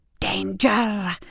Danger